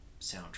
soundtrack